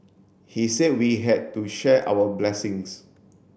he said we had to share our blessings